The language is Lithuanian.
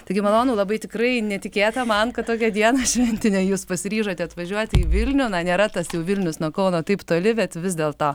taigi malonu labai tikrai netikėta man kad tokią dieną šventinę jūs pasiryžote atvažiuoti į vilnių na nėra tas jau vilnius nuo kauno taip toli bet vis dėl to